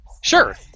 Sure